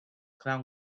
clan